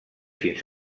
fins